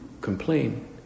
complain